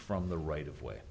from the right of way